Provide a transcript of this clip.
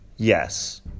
yes